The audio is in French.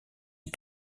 ils